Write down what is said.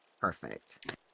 Perfect